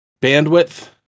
bandwidth